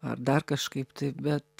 ar dar kažkaip tai bet